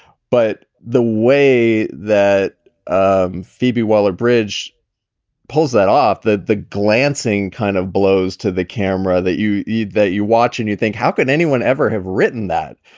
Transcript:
but the way that um phoebe, while the bridge pulls that off, the the glancing kind of blows to the camera that you eat, that you watch and you think, how could anyone ever have written that?